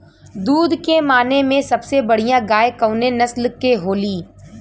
दुध के माने मे सबसे बढ़ियां गाय कवने नस्ल के होली?